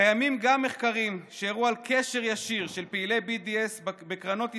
קיימים גם מחקרים שהראו על קשר ישיר של פעילי BDS עם קרנות אסלאמיות,